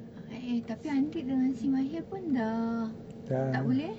ah eh eh tapi andir dengan si mahir dah tak boleh eh